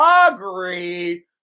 Agree